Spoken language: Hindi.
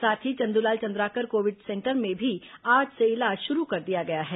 साथ ही चंदूलाल चंद्राकर कोविड सेंटर में भी आज से इलाज शुरू कर दिया गया है